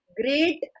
great